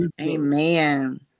Amen